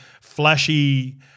flashy